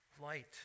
light